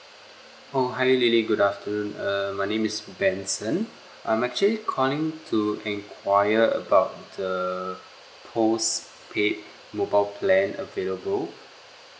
oh hi lily good afternoon err my name is benson I'm actually calling to enquire about the postpaid mobile plan available